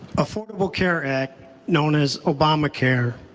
affordable care act known as obamacare,